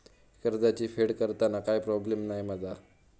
कर्जाची फेड करताना काय प्रोब्लेम नाय मा जा?